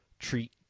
treat